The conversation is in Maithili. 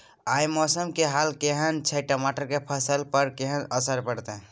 आय मौसम के हाल केहन छै टमाटर के फसल पर केहन असर परतै?